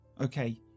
Okay